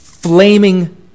flaming